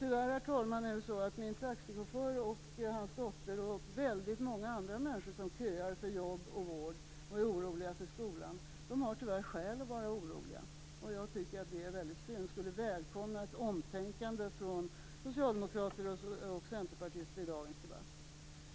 Tyvärr är det så att min taxichaufför, hans dotter och väldigt många andra människor som köar för jobb och vård och är oroliga för skolan har skäl att vara oroliga. Jag tycker att det är väldigt synd. Jag skulle välkomna ett omtänkande från socialdemokrater och centerpartister i dagens debatt.